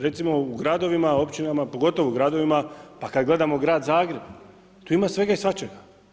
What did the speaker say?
Recimo u gradovima, općinama, pogotovo gradovima, pa kad gledamo grad Zagreb, tu ima svega i svačega.